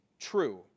true